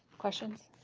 questions,